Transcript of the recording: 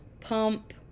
pump